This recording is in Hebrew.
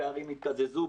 הפערים התקזזו,